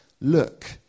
look